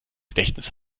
gedächtnis